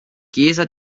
chiesa